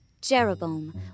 Jeroboam